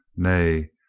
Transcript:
nay,